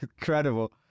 Incredible